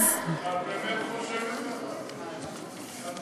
את באמת חושבת ככה?